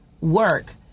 work